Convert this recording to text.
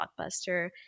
Blockbuster